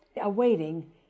awaiting